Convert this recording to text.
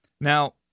Now